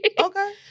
Okay